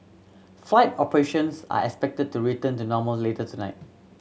flight operations are expected to return to normal later tonight